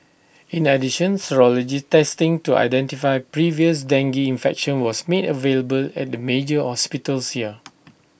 in addition serology testing to identify previous dengue infection was made available at the major hospitals here